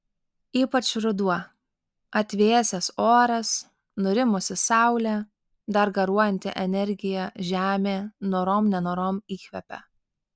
ypač ruduo atvėsęs oras nurimusi saulė dar garuojanti energija žemė norom nenorom įkvepia